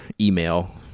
email